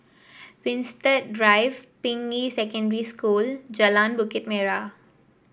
Winstedt Drive Ping Yi Secondary School Jalan Bukit Merah